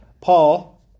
Paul